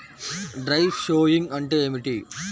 Dry sowing అంటే ఏమిటి?